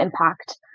impact